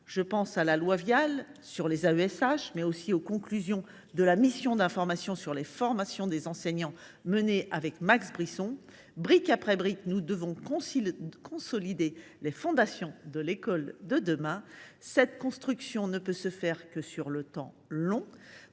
de pause méridienne, dite loi Vial, mais aussi aux conclusions de la mission d’information sur les modalités de formation des enseignants, que j’ai menée avec Max Brisson. Brique après brique, nous devons consolider les fondations de l’école de demain. Cette construction ne peut se faire que sur le temps long.